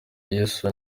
yesu